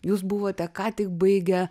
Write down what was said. jūs buvote ką tik baigę